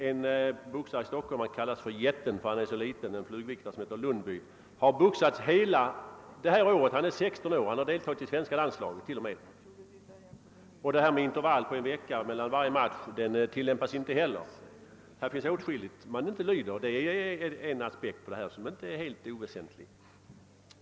En boxare i Stockholm — han kallas för »jätten» därför att han är så liten; det är en flugviktare som heter Lundby — har boxats hela detta år trots att han bara är 16 år. Han har t.o.m. deltagit i svenska landslaget. Boxningsförbundet tillämpar inte heller bestämmelsen om intervaller på en vecka mellan varje match för en boxare och det finns åtskilliga andra bestämmelser som man inte följer. Det är en inte helt oväsentlig aspekt i sammanhanget.